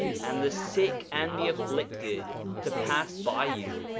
and the sick and the afflicted to pass by you,